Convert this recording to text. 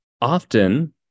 often